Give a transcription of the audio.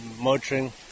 motoring